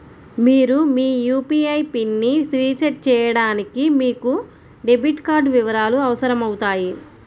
మీరు మీ యూ.పీ.ఐ పిన్ని రీసెట్ చేయడానికి మీకు డెబిట్ కార్డ్ వివరాలు అవసరమవుతాయి